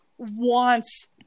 wants